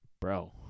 bro